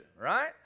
Right